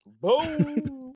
Boom